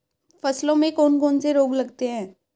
फसलों में कौन कौन से रोग लगते हैं?